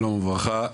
שלום וברכה,